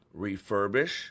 refurbish